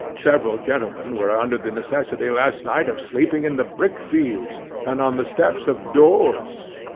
several gentlemen were under the necessity last night of sleeping in the brick fields, and on the steps of doors,